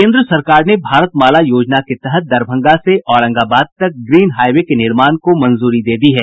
केन्द्र सरकार ने भारतमाला योजना के तहत दरभंगा से औरंगाबाद तक ग्रीन हाईवे के निर्माण को मंजूरी दे दी है